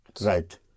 Right